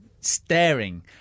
staring